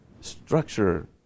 Structure